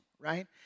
right